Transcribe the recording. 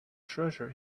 treasure